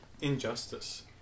injustice